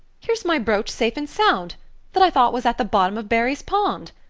here's my brooch safe and sound that i thought was at the bottom of barry's pond.